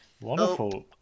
Wonderful